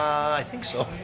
i think so.